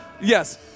yes